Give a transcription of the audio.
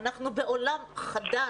כי אנחנו נמצאים בעולם חדש,